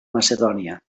macedònia